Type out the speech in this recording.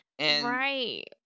Right